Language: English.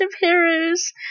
heroes